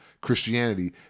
Christianity